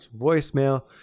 voicemail